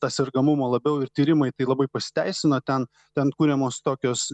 tą sergamumą labiau ir tyrimai tai labai pasiteisina ten ten kuriamos tokios